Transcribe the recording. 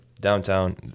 Downtown